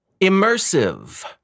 Immersive